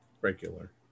regular